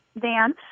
Dan